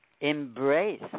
Embrace